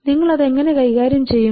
നിങ്ങൾ അത് എങ്ങനെ കൈകാര്യം ചെയ്യും